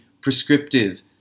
prescriptive